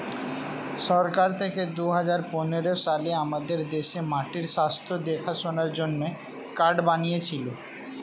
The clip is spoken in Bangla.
সরকার থেকে দুহাজার পনেরো সালে আমাদের দেশে মাটির স্বাস্থ্য দেখাশোনার জন্যে কার্ড বানিয়েছিলো